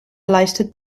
leistet